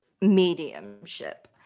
mediumship